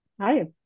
Hi